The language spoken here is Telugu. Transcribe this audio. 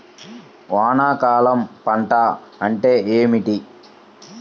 వానాకాలం పంట అంటే ఏమిటి?